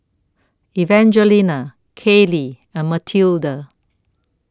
Evangelina Kailey and Matilde